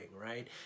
right